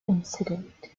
incident